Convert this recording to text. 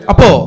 Apo